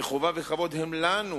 וחובה וכבוד הם לנו